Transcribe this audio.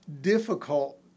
difficult